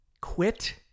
quit